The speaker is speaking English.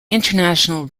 international